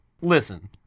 Listen